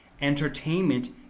entertainment